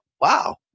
wow